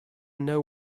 know